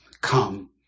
Come